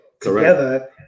together